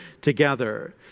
together